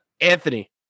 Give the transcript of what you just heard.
anthony